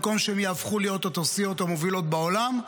במקום שהן יהפכו להיות התעשיות המובילות בעולם,